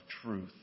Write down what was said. truth